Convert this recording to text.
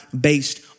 based